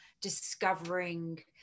discovering